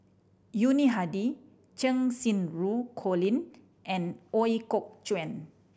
Yuni Hadi Cheng Xinru Colin and Ooi Kok Chuen